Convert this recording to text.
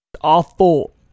awful